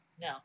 No